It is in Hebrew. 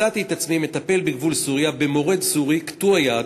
מצאתי את עצמי מטפל בגבול סוריה במורד סורי קטוע יד,